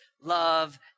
love